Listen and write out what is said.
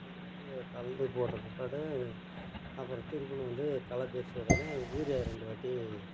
கலந்து போட்ட பிற்பாடு அப்புறம் திருப்புலும் வந்து களைப் பிரிச்சி உடனே யூரியா ரெண்டு வாட்டி